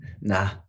Nah